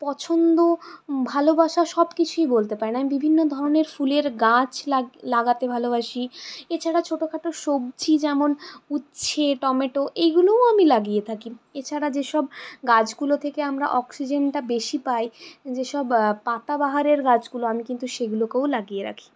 পছন্দ ভালোবাসা সবকিছুই বলতে পারেন আমি বিভিন্ন ধরনের ফুলের গাছ লাগাতে ভালোবাসি এছাড়া ছোটো খাটো সবজি যেমন উচ্ছে টমেটো এইগুলোও আমি লাগিয়ে থাকি এছাড়া যেসব গাছগুলো থেকে আমরা অক্সিজেনটা বেশি পাই যেসব পাতাবাহারের গাছগুলো আমি কিন্তু সেগুলোকেও লাগিয়ে রাখি